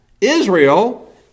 Israel